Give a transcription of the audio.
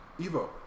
Evo